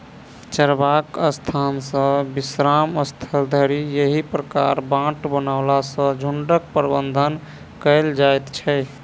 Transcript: चरबाक स्थान सॅ विश्राम स्थल धरि एहि प्रकारक बाट बनओला सॅ झुंडक प्रबंधन कयल जाइत छै